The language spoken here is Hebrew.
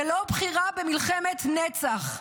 ולא בחירה במלחמת נצח.